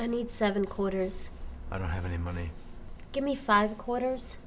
i need seven quarters i don't have any money give me five quarters